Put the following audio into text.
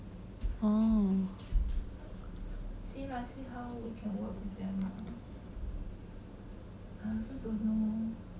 oh